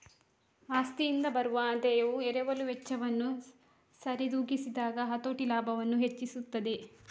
ಆಸ್ತಿಯಿಂದ ಬರುವ ಆದಾಯವು ಎರವಲು ವೆಚ್ಚವನ್ನು ಸರಿದೂಗಿಸಿದಾಗ ಹತೋಟಿ ಲಾಭವನ್ನು ಹೆಚ್ಚಿಸುತ್ತದೆ